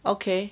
okay